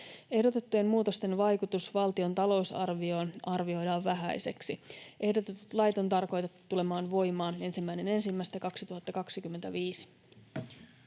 Ehdotettujen muutosten vaikutus valtion talousarvioon arvioidaan vähäiseksi. Ehdotetut lait on tarkoitettu tulemaan voimaan 1.1.2025.